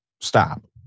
stop